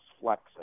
flexing